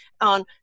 on